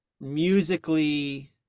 musically